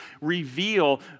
reveal